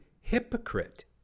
hypocrite